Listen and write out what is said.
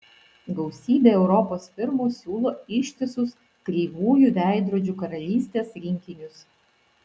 gausybė europos firmų siūlo ištisus kreivųjų veidrodžių karalystės rinkinius